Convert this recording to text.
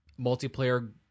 multiplayer